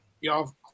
Y'all